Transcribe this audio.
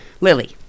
Lily